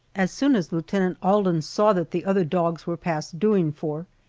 as soon as lieutenant alden saw that the other dogs were past doing for,